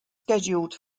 scheduled